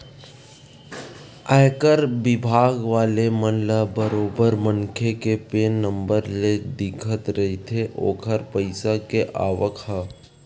आयकर बिभाग वाले मन ल बरोबर मनखे के पेन नंबर ले दिखत रहिथे ओखर पइसा के आवक ह